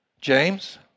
James